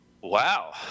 Wow